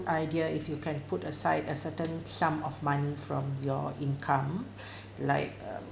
idea if you can put aside a certain sum of money from your income like uh